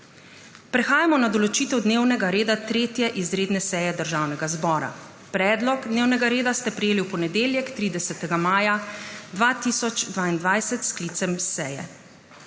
Prehajamo na **določitev dnevnega reda** 3. izredne seje Državnega zbora. Predlog dnevnega reda ste prejeli v ponedeljek, 30. maja 2022, s sklicem seje.